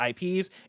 IPs